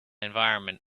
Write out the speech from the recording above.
environment